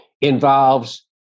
involves